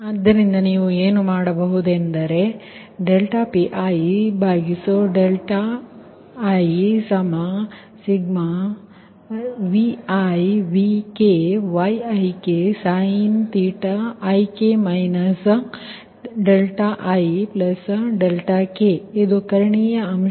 ಆದ್ದರಿಂದ ನೀವು ಏನು ಮಾಡಬಹುದೆಂದರೆ ∂Pi∂δik1k≠1n|Vi||Vk‖Yik|ik ik ಇದು ಕರ್ಣೀಯ ಅಂಶ